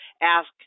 ask